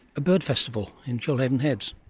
a bird festival in shoalhaven heads?